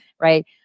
right